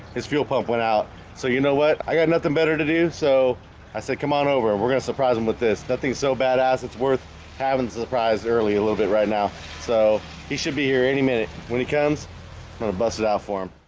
his fuel pump went out. so you know what? i got nothing better to do so i said come on over and we're gonna surprise him with this nothing's so badass it's worth having surprised early a little bit right now so he should be here any minute when he comes i'm gonna bust it out for him